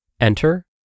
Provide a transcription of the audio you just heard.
Enter